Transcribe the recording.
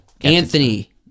Anthony